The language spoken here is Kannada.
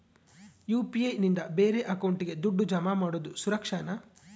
ಯು.ಪಿ.ಐ ನಿಂದ ಬೇರೆ ಅಕೌಂಟಿಗೆ ದುಡ್ಡು ಜಮಾ ಮಾಡೋದು ಸುರಕ್ಷಾನಾ?